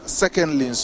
secondly